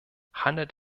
handelt